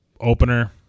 opener